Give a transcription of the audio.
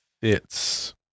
fits